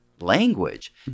language